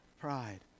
pride